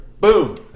Boom